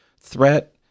threat